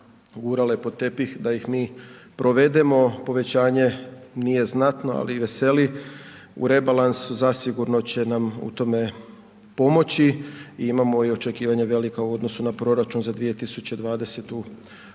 gurale pod tepih da ih mi provedemo, povećanje nije znatno, ali veseli, u rebalansu zasigurno će nam u tome pomoći i imamo i očekivanja velika u odnosu na proračun za 2020.g.